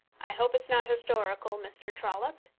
i hope it's not historical, mr. trollope?